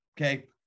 Okay